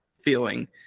feeling